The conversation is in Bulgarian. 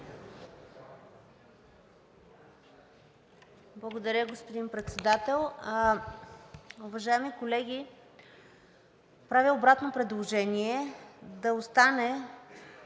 Благодаря, господин Председател.